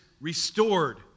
restored